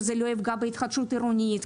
שזה לא יפגע בהתחדשות עירונית.